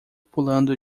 pulando